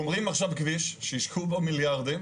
גומרים עכשיו בכביש שהשקיעו בו במיליארדים